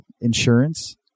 insurance